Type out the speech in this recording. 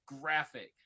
graphic